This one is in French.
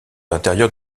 intérieur